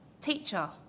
Teacher